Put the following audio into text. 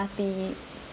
must be